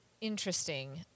interesting